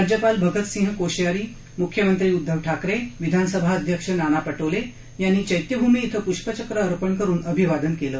राज्यपाल भगतसिंह कोश्यारी मुख्यमंत्री उद्धव ठाकरे विधानसभा अध्यक्ष नाना परिले यांनी चैत्यभूमी ििं पुष्पचक्र अर्पण करुन अभिवादन केलं